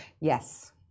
Yes